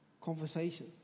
conversation